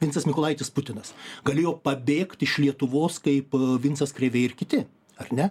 vincas mykolaitis putinas galėjo pabėgt iš lietuvos kaip vincas krėvė ir kiti ar ne